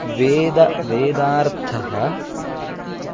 वेदः वेदार्थः